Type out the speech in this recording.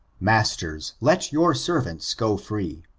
mastersf let your servants go free